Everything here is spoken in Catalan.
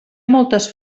moltes